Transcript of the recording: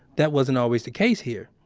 that wasn't always the case here.